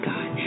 God